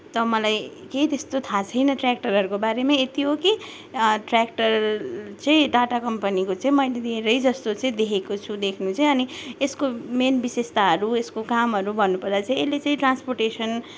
त मलाई केही त्यस्तो थाहा छैन ट्र्याक्टरहरूको बारेमा यति हो कि ट्र्याक्टर चाहिँ टाटा कम्पनीको चाहिँ मैले धेरै जस्तो चाहिँ देखेको छु देख्नु चाहिँ अनि यसको मेन विशेषताहरू यसको कामहरू भन्नुपर्दा चाहिँ यसले चाहिँ ट्रान्सपोर्टेसन